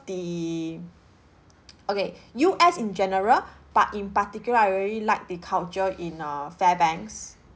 the okay U_S in general but in particular I really liked the culture in uh fairbanks